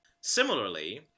similarly